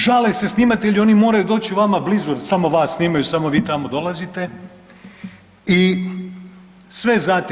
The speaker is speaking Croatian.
Žale se snimatelji, oni moraju doći vama blizu jer samo vas snimaju, samo vi tamo dolazite i sve znate.